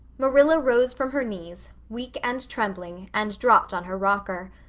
marilla rose from her knees, weak and trembling, and dropped on her rocker.